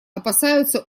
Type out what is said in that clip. опасаются